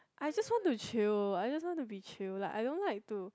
I just want to chill I just want to be chill like I don't like to